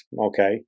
okay